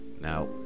Now